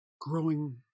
growing